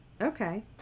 okay